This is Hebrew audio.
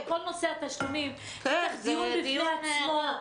כל נושא התשלומים מצריך דיון בפני עצמו.